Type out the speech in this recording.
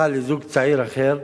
לזוג צעיר אחר.